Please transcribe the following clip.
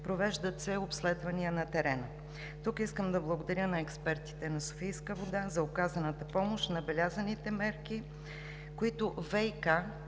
провеждат се обследвания на терена. Тук искам да благодаря на експертите на „Софийска вода“ за оказаната помощ, набелязаните мерки, които ВиК